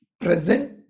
present